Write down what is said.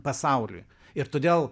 pasauliui ir todėl